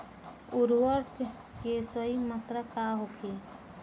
उर्वरक के सही मात्रा का होखे?